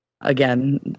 again